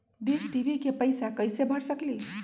Dish TV के पैईसा कईसे भर सकली?